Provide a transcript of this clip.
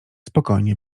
spokojnie